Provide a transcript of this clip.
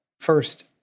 first